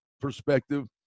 perspective